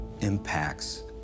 impacts